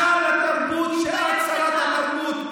בושה לתרבות שאת שרת התרבות.